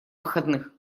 выходных